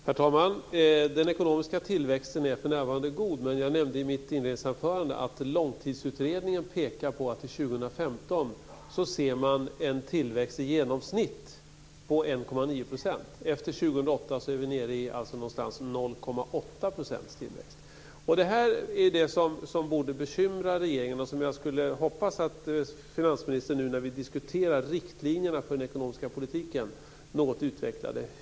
Herr talman! Den ekonomiska tillväxten är för närvarande god. Men jag nämnde i mitt inledningsanförande att Långtidsutredningen pekar på att till 2015 ser man en tillväxt i genomsnitt på 1,9 %. Efter 2008 är vi nere i någonstans kring 0,8 % tillväxt. Det här är det som borde bekymra regeringen. Jag hoppas att finansministern, när vi nu diskuterar riktlinjerna för den ekonomiska politiken, något utvecklar det.